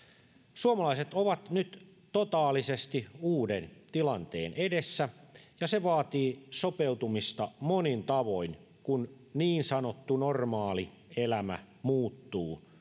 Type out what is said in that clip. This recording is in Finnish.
suomalaiset ovat nyt totaalisesti uuden tilanteen edessä ja se vaatii sopeutumista monin tavoin kun niin sanottu normaali elämä muuttuu